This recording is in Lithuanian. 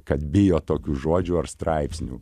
kad bijo tokių žodžių ar straipsnių